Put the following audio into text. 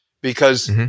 Because-